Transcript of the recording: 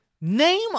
Name